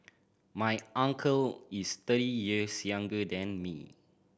my uncle is thirty years younger than me